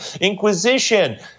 inquisition